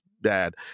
bad